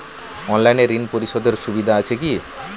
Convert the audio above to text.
অনলাইনে ঋণ পরিশধের সুবিধা আছে কি?